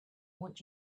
want